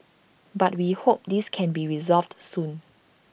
but we hope this can be resolved soon